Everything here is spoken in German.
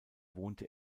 wohnte